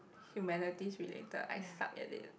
humanities related I suck at it